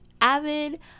avid